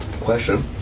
Question